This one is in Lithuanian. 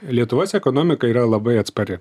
lietuvos ekonomika yra labai atspari